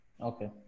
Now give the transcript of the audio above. Okay